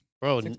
Bro